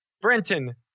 Brenton